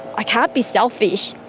i can't be selfish,